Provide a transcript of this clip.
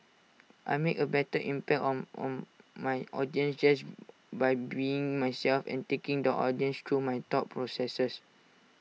I make A better impact on on my audience just by being myself and taking the audience through my thought processes